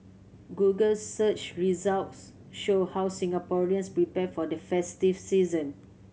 Google search results show how Singaporeans prepare for the festive season